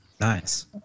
Nice